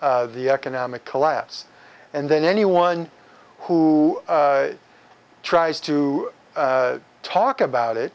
the economic collapse and then anyone who tries to talk about it